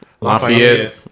Lafayette